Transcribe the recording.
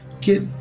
get